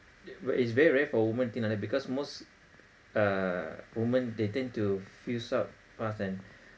it's very rare for a woman think like that because most err women they tend to fuse up fast and